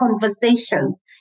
conversations